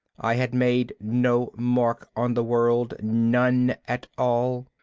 i had made no mark on the world, none at all.